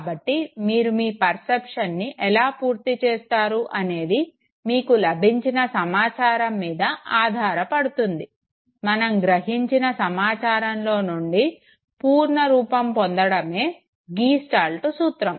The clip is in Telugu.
కాబట్టి మీరు మీ పర్సెప్షన్ని ఎలా పూర్తి చేస్తారు అనేది మీకు లభించిన సమాచారం మీద ఆధారపడుతుంది మనం గ్రహించిన సమాచారంలో నుండి పూర్ణరూపం పొందడమే గీస్టాల్ట్ సూత్రం